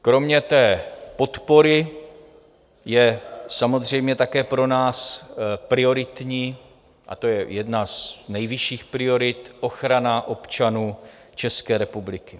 Kromě té podpory je samozřejmě také pro nás prioritní, a to je jedna z nejvyšších priorit, ochrana občanů České republiky.